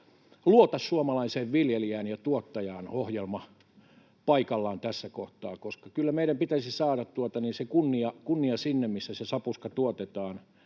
Luota suomalaiseen viljelijään ja tuottajaan ‑ohjelma paikallaan tässä kohtaa? Kyllä meidän pitäisi saada se kunnia sinne, missä se sapuska tuotetaan,